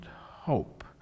hope